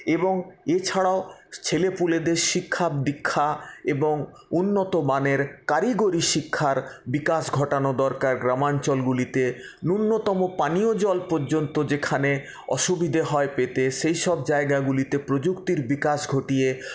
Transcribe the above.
এবং এছাড়াও ছেলেপুলেদের শিক্ষা দিক্ষা এবং উন্নত মানের কারিগরি শিক্ষার বিকাশ ঘটানো দরকার গ্রামাঞ্চলগুলিতে ন্যূনতম পানীয় জল পর্যন্ত যেখানে অসুবিধে হয় পেতে সেই সব জায়গাগুলিতে প্রযুক্তির বিকাশ ঘটিয়ে